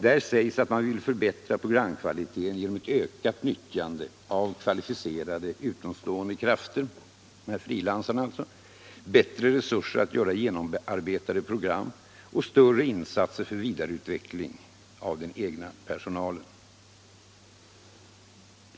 Där sägs att man vill förbättra programkvaliteten genom ett vidgat utnyttjande av utomstående kvalificerade krafter och att man önskar ökade resurser för att göra mer genomarbetade program och större insatser för vidareutveckling av den egna personalen.